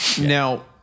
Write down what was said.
now